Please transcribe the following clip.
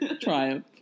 triumph